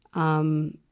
um,